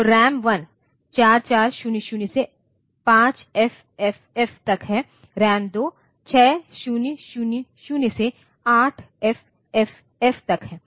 तो रैम 1 4400 से 5FFF तक है रैम 2 6000 से 8FFF तक है